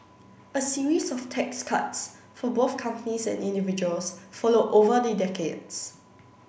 a series of tax cuts for both companies and individuals followed over the decades